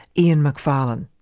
ian macfarlane.